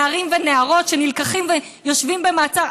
נערים ונערות שנלקחים ויושבים במעצר.